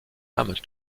âme